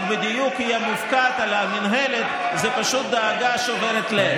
בדיוק יהיה מופקד על המינהל זו פשוט דאגה שוברת לב.